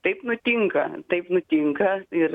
taip nutinka taip nutinka ir